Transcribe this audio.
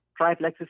triplexes